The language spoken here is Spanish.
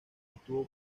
estuvo